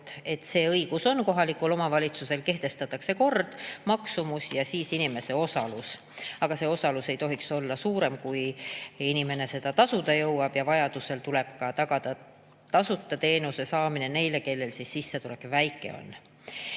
et see õigus on kohalikul omavalitsusel olemas, kehtestatakse kord, maksumus ja inimese osalus. Aga see osalus ei tohiks olla suurem, kui inimene tasuda jõuab, ja vajadusel tuleb tagada ka tasuta teenuse saamine neile, kelle sissetulek on väike.